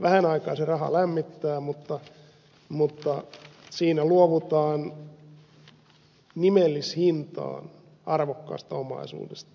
vähän aikaa se raha lämmittää mutta siinä luovutaan nimellishintaan arvokkaasta omaisuudesta